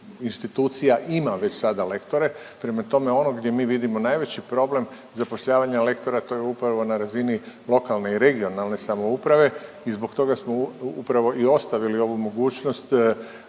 institucija ima već sada lektore. Prema tome, ono gdje mi vidimo najveći problem zapošljavanja lektora to je upravo na razini lokalne i regionalne samouprave i zbog toga smo upravo i ostavili ovu mogućnost